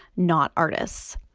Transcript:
not artists.